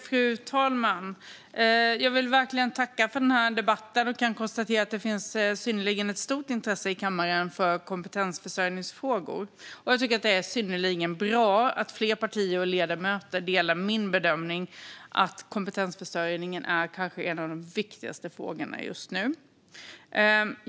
Fru talman! Jag vill verkligen tacka för denna debatt. Jag kan konstatera att det finns ett synnerligen stort intresse i kammaren för kompetensförsörjningsfrågor, och jag tycker att det är oerhört bra att fler partier och ledamöter delar min bedömning att kompetensförsörjningen är en av de kanske viktigaste frågorna just nu.